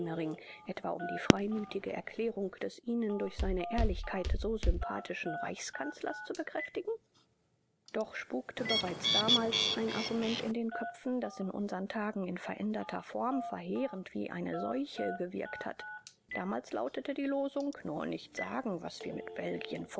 etwa um die freimütige erklärung des ihnen durch seine ehrlichkeit so sympathischen reichskanzlers zu bekräftigen doch spukte bereits damals ein argument in den köpfen das in unsern tagen in veränderter form verheerend wie eine seuche gewirkt hat damals lautete die losung nur nicht sagen was wir mit belgien